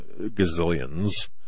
gazillions